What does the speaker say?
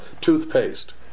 toothpaste